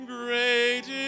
great